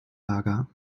lager